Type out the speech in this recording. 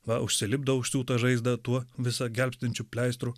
va užsilipdo užsiūtą žaizdą tuo visą gelbstinčiu pleistru